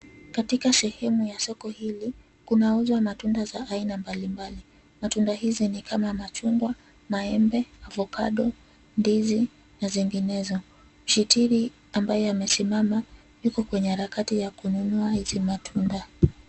Katika sehemu ya soko hili kunauzwa matunda za aina mbalimbali. Matunda hizi ni kama machungwa, maembe, avocado , ndizi na zinginezo. Shitiri ambaye amesimama yuko kwenye harakati ya kununua hizi matunda.